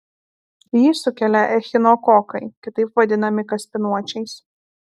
jį sukelia echinokokai kitaip vadinami kaspinuočiais